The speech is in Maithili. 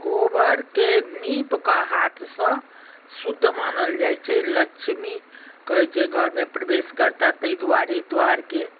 गोबरके नीपकऽ हाथसँ शुद्ध मानल जाइ छै लक्ष्मी कहै छै घरमे प्रवेश करताह ताहि दुआरे दुआरिके